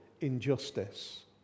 injustice